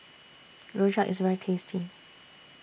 Rojak IS very tasty